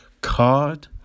card